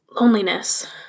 loneliness